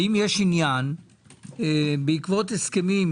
האם יש עניין בעקבות הסכמים,